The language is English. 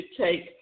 take